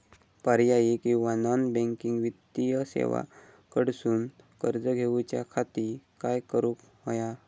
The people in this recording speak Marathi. पर्यायी किंवा नॉन बँकिंग वित्तीय सेवा कडसून कर्ज घेऊच्या खाती काय करुक होया?